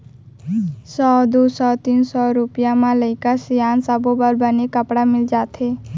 सौ, दू सौ, तीन सौ रूपिया म लइका सियान सब्बो बर बने कपड़ा मिल जाथे